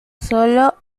sólo